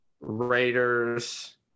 raiders